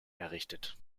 errichtet